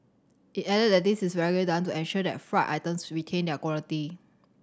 it added that this is regularly done to ensure that fried items retain their quality